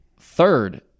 third